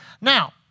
Now